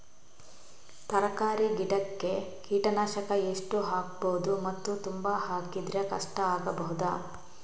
ತರಕಾರಿ ಗಿಡಕ್ಕೆ ಕೀಟನಾಶಕ ಎಷ್ಟು ಹಾಕ್ಬೋದು ಮತ್ತು ತುಂಬಾ ಹಾಕಿದ್ರೆ ಕಷ್ಟ ಆಗಬಹುದ?